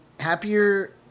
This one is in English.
Happier